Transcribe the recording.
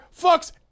fucks